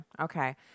Okay